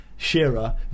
Shearer